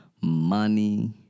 money